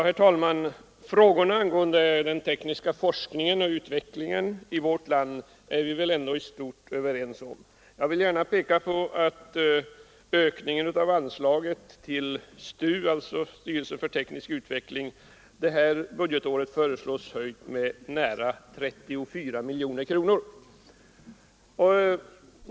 Herr talman! Frågorna angående den tekniska forskningen och utvecklingen i vårt land är vi i stort sett överens om. Jag vill gärna peka på att anslaget till STU, styrelsen för teknisk utveckling, detta budgetår föreslås höjt med nära 34 miljoner kronor.